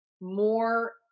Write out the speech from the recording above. more